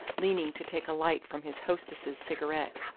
leaning to take a light from his hostess's cigarette.